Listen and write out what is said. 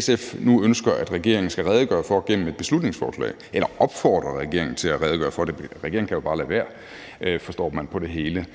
SF nu ønsker regeringen skal redegøre for gennem et beslutningsforslag, eller som SF opfordrer regeringen til at redegøre for, for regeringen kan jo bare lade være, forstår man på det hele.